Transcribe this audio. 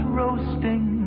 roasting